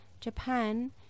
Japan